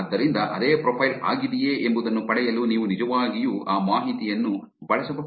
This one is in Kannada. ಆದ್ದರಿಂದ ಅದೇ ಪ್ರೊಫೈಲ್ ಆಗಿದೆಯೇ ಎಂಬುದನ್ನು ಪಡೆಯಲು ನೀವು ನಿಜವಾಗಿಯೂ ಆ ಮಾಹಿತಿಯನ್ನು ಬಳಸಬಹುದು